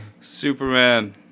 Superman